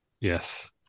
Yes